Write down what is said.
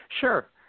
Sure